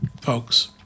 folks